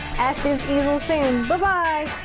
at this easel soon! ba-bye!